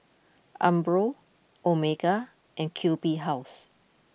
Umbro Omega and Q B House